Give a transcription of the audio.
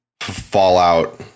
Fallout